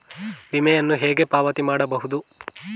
ವಿಮೆಯನ್ನು ಹೇಗೆ ಪಾವತಿ ಮಾಡಬಹುದು?